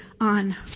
on